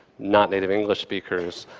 not native english speakers.